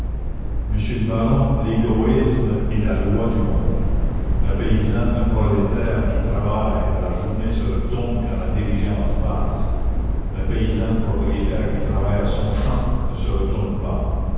monsieur le baron l'égoïsme est la loi du monde la paysanne prolétaire qui travaille à la journée se retourne quand la diligence passe la paysanne propriétaire qui travaille à son champ ne se retourne pas